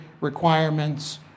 requirements